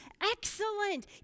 Excellent